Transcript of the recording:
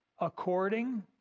According